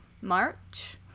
March